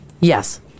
Yes